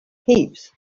heaps